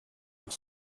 pour